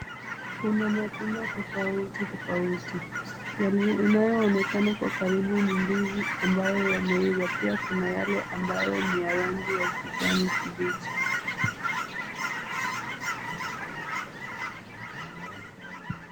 Kuna matunda tofauti tofauti. Yanayoonekana kwa karibu ni ndizi ambayo yameiva, pia kuna yale ambayo ni ya rangi ya kijani kibichi.